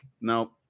No